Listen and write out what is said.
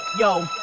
Yo